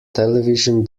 television